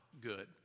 good